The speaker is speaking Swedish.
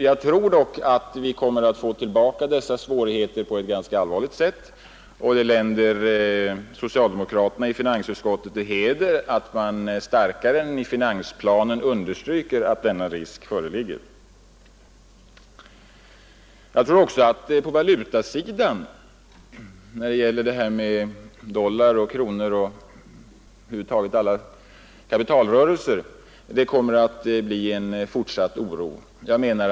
Jag tror emellertid att vi kommer att få tillbaka svårigheterna där, och det länder socialdemokraterna i finansutskottet till heder att man starkare än i finansplanen har understrukit att denna risk föreligger. Vidare tror jag att vi på valutasidan — alltså när det gäller dollar och kronor och över huvud taget alla kapitalrörelser — kommer att få känna av en fortsatt oro.